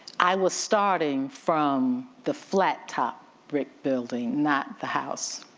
i was starting from the flat top brick building, not the house.